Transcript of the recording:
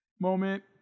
moment